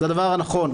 זה הדבר הנכון.